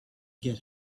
get